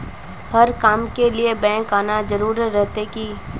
हर काम के लिए बैंक आना जरूरी रहते की?